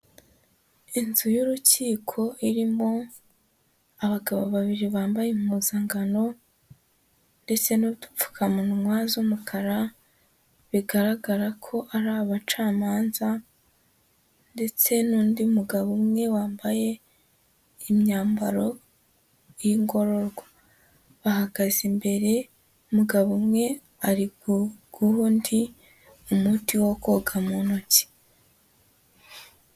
Inzu y'urukiko irimo abagabo babiri bambaye impuzankano ndetse n'udupfukamunwa z'umukara, bigaragara ko ari abacamanza ndetse n'undi mugabo umwe wambaye imyambaro y'ingororwa, bahagaze imbere, umugabo umwe ari guha undi umuti wo koga mu ntoki.